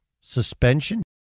suspension